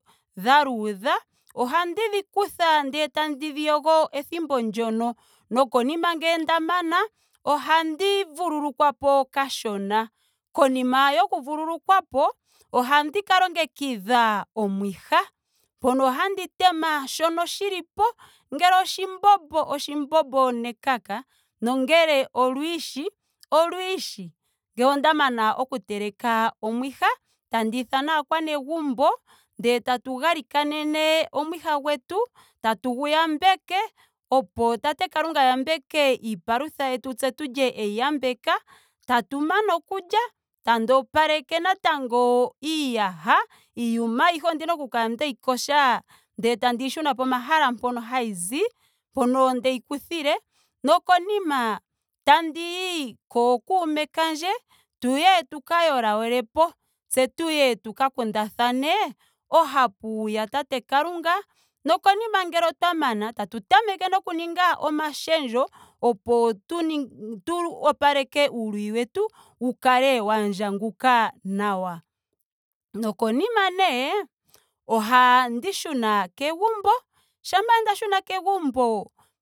Dha luudha. ohandi dhi kutha ndele tandi dhi yogo ethimbo ndyono. nokonima ngele nda mana ohandi vululukwa po kashona. Konima yoku vululukwapo ohandi ka longekidha omwhiha. mpono handi tema shono shilipo. ngele oshimbombo. oshimbombo nekaka. nongele olwiishi olwiishi. Ngele onda mana oku teleka omwiha. tandiithana aakwenegumbo. ndele tatu galikanene omwiha gwetu. tatugu yambeke opo tate kalunga a yambeke iipalutha yetu tse eyi yambeka. tatu mana okulya. tandi opaleka natango iiyaha. iiyuma ayihe ondina oku kala ndeyi opaleka ndele tandiyi shuna pomahala mpono hayizi mpono ndeyi kuthile. Nokonima taniyi kookume kandje tuye tuka yola yelepo. tse tuye tu ka kundathane ohapu ya tate kalunga. nokonima ngele otwa mana. ttau tameke oku ninga omashendjo. opo tu opaleke uuluyi wetu wu kale wa ndjanguka nawa. Nokonima nee ohandi shuna kegumbo. shampa nda shuna kegumbo